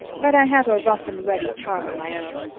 but i have a rough-and-ready charm of my own.